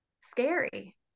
scary